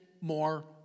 more